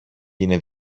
είναι